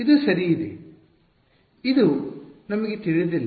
ಇದು ಸರಿ ಇದೆ ಇದು ನಮಗೆ ತಿಳಿದಿಲ್ಲ